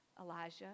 Elijah